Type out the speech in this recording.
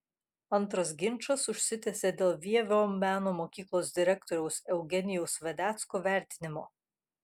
antras ginčas užsitęsė dėl vievio meno mokyklos direktoriaus eugenijaus vedecko vertinimo